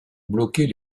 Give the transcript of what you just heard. bloquer